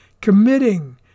Committing